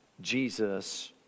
Jesus